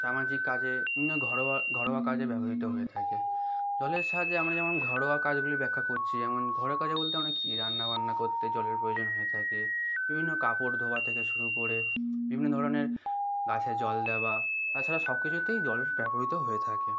সামাজিক কাজে বিভিন্ন ঘরোয়া ঘরোয়া কাজে ব্যবহৃত হয়ে থাকে জলের সাহায্যে আমরা যেমন ঘরোয়া কাজগুলির ব্যাখ্যা করছি যেমন ঘরের কাজে বলতে মানে কী রান্নাবান্না করতে জলের প্রয়োজন হয়ে থাকে বিভিন্ন কাপড় ধোয়া থেকে শুরু করে বিভিন্ন ধরনের গাছে জল দেওয়া তাছাড়া সব কিছুতেই জল ব্যবহৃত হয়ে থাকে